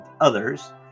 others